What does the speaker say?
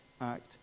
act